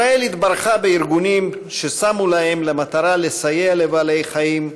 ישראל התברכה בארגונים ששמו להם למטרה לסייע לבעלי-חיים,